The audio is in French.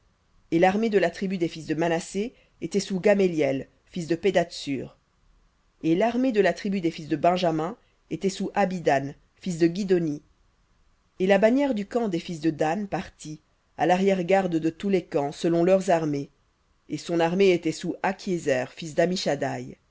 et l'armée de la tribu des fils de manassé était sous gameliel fils de pedahtsur et l'armée de la tribu des fils de benjamin était sous abidan fils de guidhoni et la bannière du camp des fils de dan partit à l'arrière-garde de tous les camps selon leurs armées et son armée était sous akhiézer fils